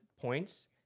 points